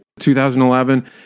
2011